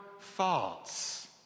thoughts